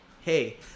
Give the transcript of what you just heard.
hey